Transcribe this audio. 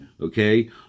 Okay